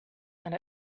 and